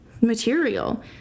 material